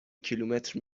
کیلومتر